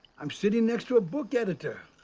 um sitting next to a book editor.